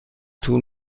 طول